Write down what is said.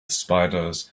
spiders